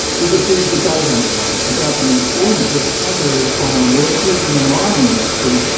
with a big debate underway about the employment of temporary foreign workers in the mining industry,